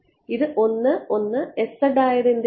ഇത് ആയത് എന്തിലാണ്